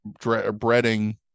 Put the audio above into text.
breading